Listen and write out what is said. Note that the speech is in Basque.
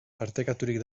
partekaturik